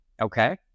Okay